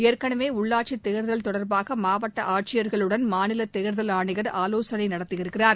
ஏற்கனவே உள்ளாட்சி தேர்தல் தொடர்பாக மாவட்ட ஆட்சியர்களுடன் மாநில தேர்தல் ஆணையர் ஆலோசனை நடத்தியிருக்கிறார்